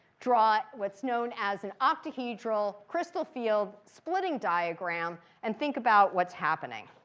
draw what's known as an octahedral crystal field splitting diagram and think about what's happening.